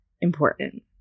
important